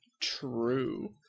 true